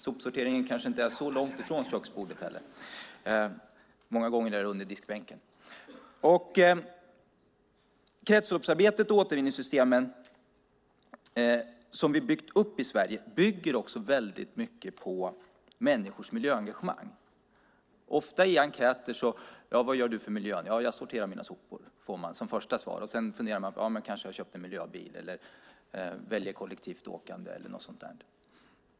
Sopsorteringen kanske inte sker så långt från köksbordet heller; många gånger är det under diskbänken. Kretsloppsarbetet och återvinningssystemen som vi byggt upp i Sverige bygger väldigt mycket på människors miljöengagemang. I enkäter där människor får frågan vad de gör för miljön svarar de ofta att de sorterar sina sopor. Det ger man som första svar. Sedan funderar man vidare; man kanske har köpt en miljöbil eller väljer kollektivt åkande eller något sådant.